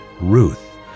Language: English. Ruth